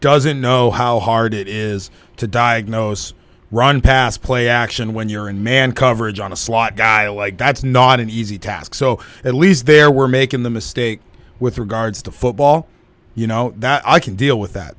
doesn't know how hard it is to diagnose run pass play action when you're in man coverage on a slot guy like that's not an easy task so at least there were making the mistake with regards to football you know that i can deal with that